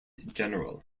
general